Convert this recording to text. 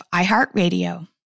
iHeartRadio